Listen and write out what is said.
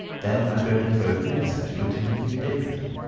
then i'm going to throw flints at you and till you think differently.